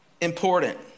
important